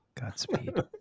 Godspeed